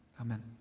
Amen